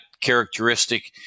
characteristic